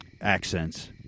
accents